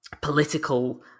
political